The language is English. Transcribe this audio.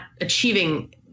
achieving